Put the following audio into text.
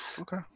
okay